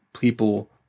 people